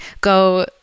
go